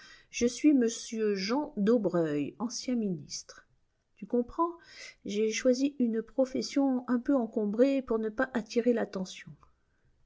je suis m jean daubreuil ancien ministre tu comprends j'ai choisi une profession un peu encombrée pour ne pas attirer l'attention